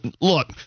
look